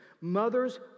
mothers